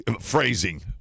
phrasing